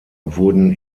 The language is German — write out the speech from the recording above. wurden